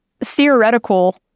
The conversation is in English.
theoretical